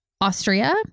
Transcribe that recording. Austria